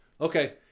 Okay